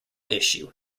issue